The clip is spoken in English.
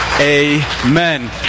Amen